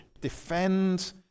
defend